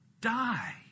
die